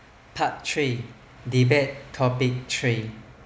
part three debate topic three